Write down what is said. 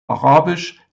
arabisch